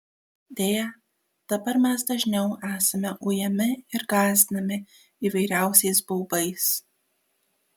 deja dabar mes dažniau esame ujami ir gąsdinami įvairiausiais baubais